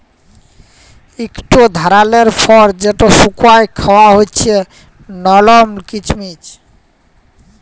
ইকট ধারালের ফল যেট শুকাঁয় খাউয়া হছে লরম কিচমিচ